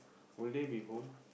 will they be home